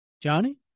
Johnny